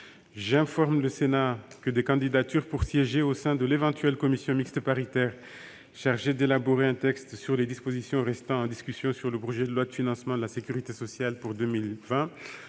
J'informe le Sénat que des candidatures pour siéger au sein de l'éventuelle commission mixte paritaire chargée d'élaborer un texte sur les dispositions restant en discussion du projet de loi de financement de la sécurité sociale pour 2020,